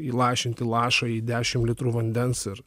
įlašinti lašą į dešim litrų vandens ir